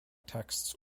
texts